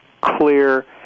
clear